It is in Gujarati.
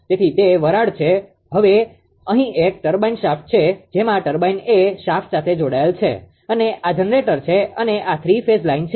તેથી તે વરાળ છે હવે અહીં એક ટર્બાઇન શાફ્ટ છે જેમાં ટર્બાઇન એ શાફ્ટ સાથે જોડાયેલ છે અને આ જનરેટર છે અને આ થ્રી ફેઝ લાઈન છે